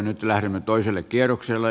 nyt lähdemme toiselle kierrokselle